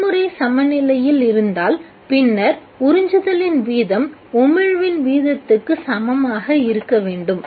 செயல்முறை சமநிலையில் இருந்தால் பின்னர் உறிஞ்சுதலின் வீதம் உமிழ்வின் வீதத்துக்கு சமமாக இருக்க வேண்டும்